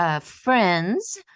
Friends